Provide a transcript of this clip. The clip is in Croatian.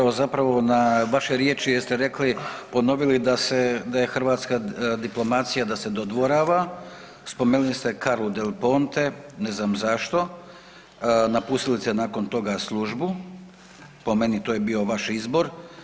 ja sam reagirao na vaše riječi jer ste rekli ponovili da je hrvatska diplomacija da se dodvorava, spomenuli ste Karlu del Ponte ne znam zašto, napustili ste nakon toga službu, po meni to je bio vaš izbor.